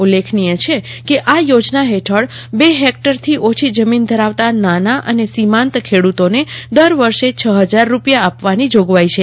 ઉલ્લેખનીય છે કે આ યોજના હેઠળ બે હેક્ટરથી ઓછી જમીન ધરાવતાં નાના અને સિમાંત ખેડૂતોને દર વર્ષે હ હજાર રૂપિયા આપવાની જોગવાઇ છે